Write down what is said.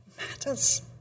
matters